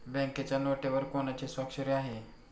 बँकेच्या नोटेवर कोणाची स्वाक्षरी आहे?